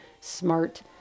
smart